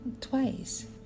Twice